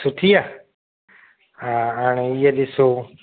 सुठी आहे हा हाणे हीअ ॾिसो